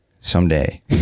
Someday